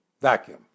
vacuum